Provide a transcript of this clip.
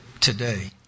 today